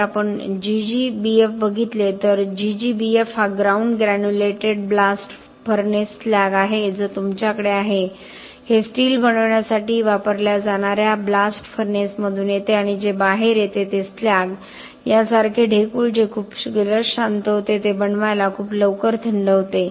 जर आपण GGBF बघितले तर GGBF हा ground granulated blast furnace slag आहे जो तुमच्याकडे आहे हे स्टील बनवण्यासाठी वापरल्या जाणार्या ब्लास्ट फर्नेसमधून येते आणि जे बाहेर येते ते स्लॅग यासारखे ढेकूळ जे खूप जलद शांत होते ते बनवायला खूप लवकर थंड होते